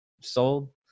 sold